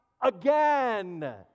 again